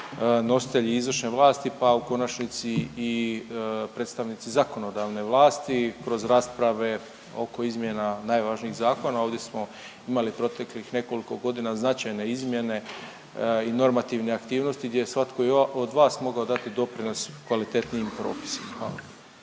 nositelji izvršne vlasti, pa u konačnici i predstavnici zakonodavne vlasti kroz rasprave oko izmjena najvažnijih zakona. Ovdje smo imali proteklih nekoliko godina značajne izmjene i normativne aktivnosti gdje je svatko i od vas mogao dati doprinos kvalitetnijim propisima. Hvala.